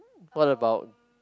what about